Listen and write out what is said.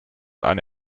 eine